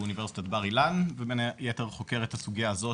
באונ' בר אילן ובין היתר חוקר את הסוגייה הזאת,